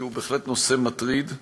כי הוא בהחלט נושא מטריד,